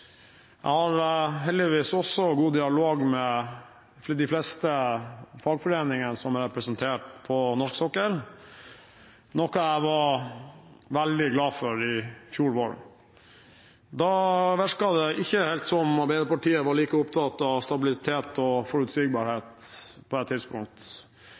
Jeg har heldigvis også god dialog med de fleste fagforeningene som er representert på norsk sokkel, noe jeg var veldig glad for i fjor vår. Da virket det på et tidspunkt ikke helt som om Arbeiderpartiet var like opptatt av stabilitet og forutsigbarhet,